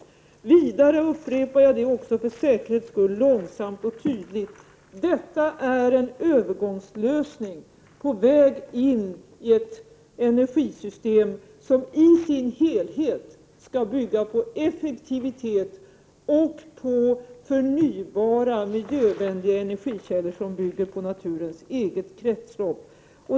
1988/89:92 Vidare upprepar jag för säkerhets skull långsamt och tydligt att detta är en 7 april 1989 övergångslösning — på vägen mot ett energisystem som i sin helhet skall bygga FIRE 2 Sä HIRGE ns Lå é Meddelande om interpå effektivitet och på förnybara, miljövänliga energikällor — med utgångs ; 4 pellationssvar punkt i naturens eget kretslopp.